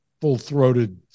full-throated